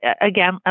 again